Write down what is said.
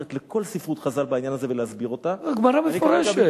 חכמים, אמר במפורש,